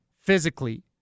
physically